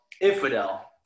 Infidel